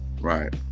Right